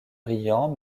brillant